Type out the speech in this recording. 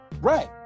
right